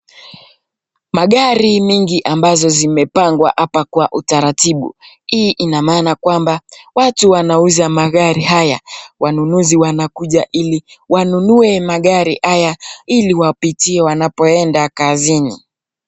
Magari mengi ambazo zimepangwa hapa kwa utaratibu. Hii ina maana kwamba, watu wanauza magari haya, wanunuzi wanakuja ili wanunue magari haya ili wapitie wanapoenda kazini.